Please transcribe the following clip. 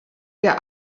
der